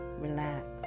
relax